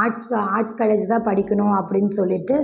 ads arts காலேஜுதான் படிக்கணும் அப்படின்னு சொல்லிட்டு